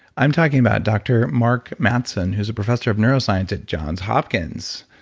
i'm talking about dr. mark mattson who's a professor of neuroscience at johns hopkins.